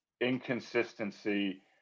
inconsistency